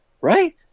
Right